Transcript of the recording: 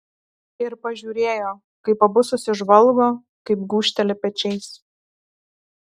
ir pažiūrėjo kaip abu susižvalgo kaip gūžteli pečiais